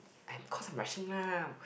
I'm cause rushing lah